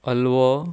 हाल्वो